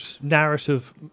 narrative